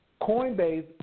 Coinbase